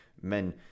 Men